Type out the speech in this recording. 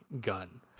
gun